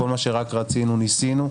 כל מה שרק רצינו ניסינו,